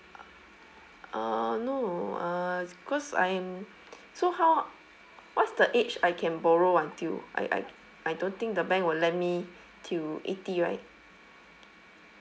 uh no uh cause I'm so how what's the age I can borrow until I I I don't think the bank will let me till eighty right